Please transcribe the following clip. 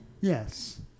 Yes